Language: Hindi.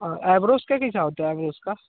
और ऐवरोज का कैसा होता एवरोज का